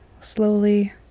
slowly